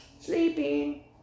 sleeping